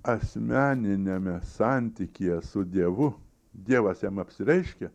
asmeniniame santykyje su dievu dievas jam apsireiškia